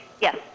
Yes